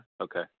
Okay